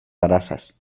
grasas